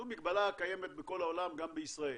זו מגבלה הקיימת בכל העולם, גם בישראל.